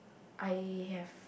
I have